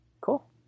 Cool